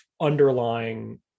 underlying